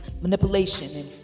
manipulation